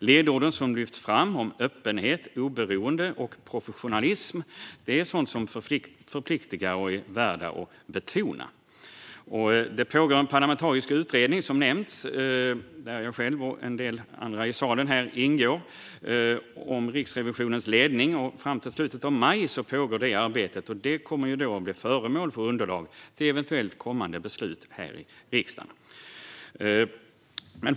Ledorden som lyfts fram om öppenhet, oberoende och professionalism är sådant som förpliktar och är värt att betona. Som nämnts pågår en parlamentarisk utredning, där jag själv och en del andra här i salen ingår, om Riksrevisionens ledning. Fram till slutet av maj pågår det arbetet som sedan kommer att bli föremål för underlag till eventuellt kommande beslut här i riksdagen.